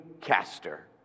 caster